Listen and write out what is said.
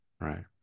right